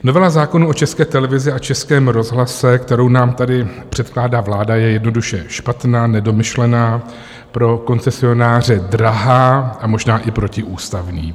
Novela zákona o České televizi a Českém rozhlase, kterou nám tady předkládá vláda, je jednoduše špatná, nedomyšlená, pro koncesionáře drahá a možná i protiústavní.